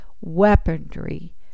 weaponry